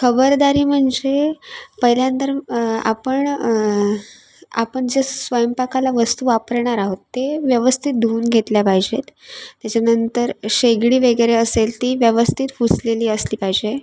खबरदारी म्हणजे पहिल्यां तर आपण आपण जे स्वयंपाकाला वस्तू वापरणार आहोत ते व्यवस्थित धुवून घेतल्या पाहिजेत त्याच्यानंतर शेगडी वगैरे असेल ती व्यवस्थित पुसलेली असली पाहिजे